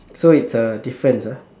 so it's a difference ah